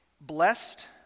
Blessed